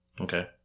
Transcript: Okay